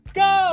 go